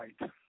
right